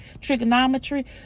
Trigonometry